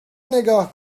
نگاه